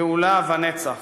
גאולה ונצח,